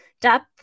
depth